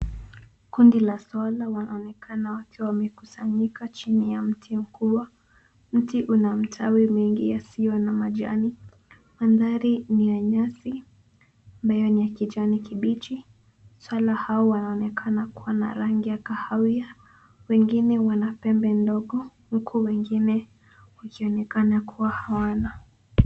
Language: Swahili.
Kundi la swara wanaonekana wakiwa wamekusanyika chini ya mti mkubwa. Mti una matawi mengi yasiyo na majani. Mandhari ni ya nyasi ambayo ni ya kijani kibichi. Swara hao wanaonekana kuwa na rangi ya kahawia, wengine wako na pembe ndogo, huku wengine wakionekana kuwa hawana.